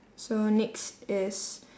so next is